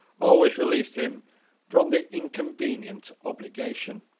always released him from the inconvenient obligation.